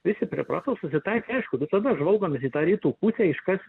visi priprato susitaikė aišku visada žvalgomės į tą rytų pusę iš kas